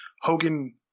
Hogan